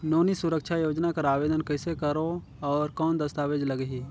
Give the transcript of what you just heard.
नोनी सुरक्षा योजना कर आवेदन कइसे करो? और कौन दस्तावेज लगही?